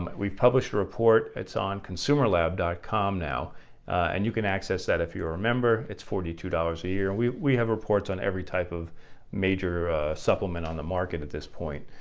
we've published a report it's on consumerlab dot com now and you can access that if you are a member it's forty two dollars a year, we we have reports on every type of major supplement on the market at this point.